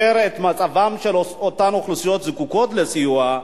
את מצבן של אותן אוכלוסיות שזקוקות לסיוע,